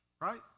right